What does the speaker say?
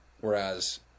Whereas